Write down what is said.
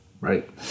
right